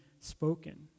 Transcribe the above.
spoken